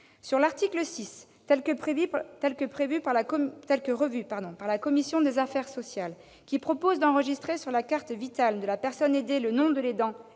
part. L'article 6, tel que revu par la commission des affaires sociales, prévoit l'enregistrement sur la carte Vitale de la personne aidée du nom de l'aidant